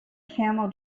camel